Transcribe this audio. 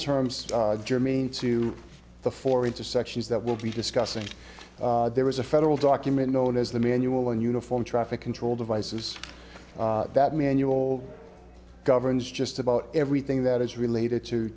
terms germane to the four intersections that we'll be discussing there is a federal document known as the manual and uniform traffic control devices that manual governs just about everything that is related to